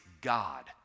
God